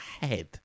head